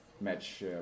match